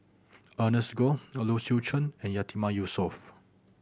Ernest Goh Low Low Swee Chen and Yatiman Yusof